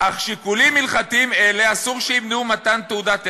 אך שיקולים הלכתיים אלה אסור שימנעו מתן תעודת הכשר,